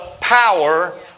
power